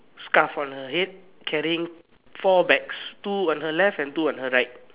scarf on the head caring four bags two on her left and two on her right